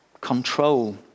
control